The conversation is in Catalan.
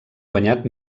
guanyat